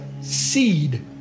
seed